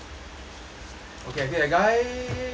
okay I kill that guy